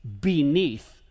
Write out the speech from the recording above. beneath